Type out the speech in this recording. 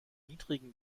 niedrigen